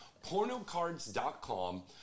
PornoCards.com